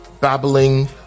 babbling